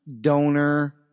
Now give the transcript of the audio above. Donor